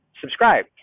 subscribe